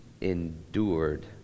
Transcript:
endured